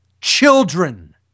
children